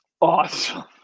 awesome